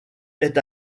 est